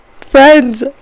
friends